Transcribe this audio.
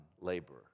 laborer